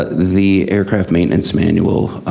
the aircraft maintenance manual,